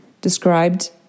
described